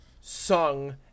sung